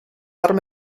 arma